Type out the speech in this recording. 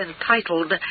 entitled